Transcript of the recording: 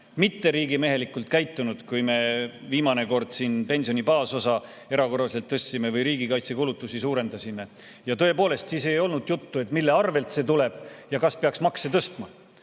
mitteriigimehelikult käitunud, kui me viimane kord siin pensioni baasosa erakorraliselt tõstsime või riigikaitsekulutusi suurendasime. Ja tõepoolest, siis ei olnud juttu, mille arvel see tuleb ja kas peaks makse tõstma.